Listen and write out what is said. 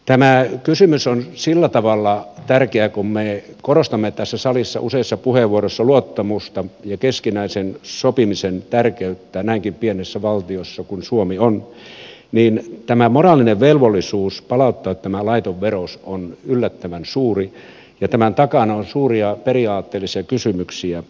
tämä kysymys on sillä tavalla tärkeä kun me korostamme tässä salissa useissa puheenvuoroissa luottamusta ja keskinäisen sopimisen tärkeyttä näinkin pienessä valtiossa kuin suomi on niin tämä moraalinen velvollisuus palauttaa tämä laiton vero on yllättävän suuri ja tämän takana on suuria periaatteellisia kysymyksiä